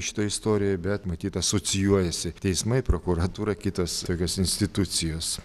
šitoj istorijoj bet matyt asocijuojasi teismai prokuratūra kitos tokios institucijos